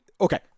okay